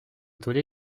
tollé